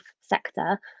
sector